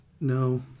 No